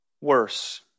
worse